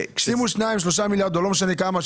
שימו 3-2 מיליארד דולר, לא משנה כמה.